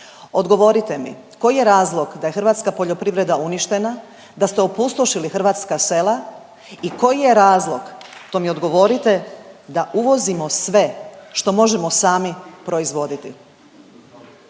Odgovorite mi, koji je razlog da hrvatska poljoprivreda uništena, da ste opustošili hrvatska sela i koji je razlog, to mi odgovorite, da uvozimo sve što možemo sami proizvoditi?